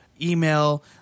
email